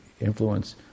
influence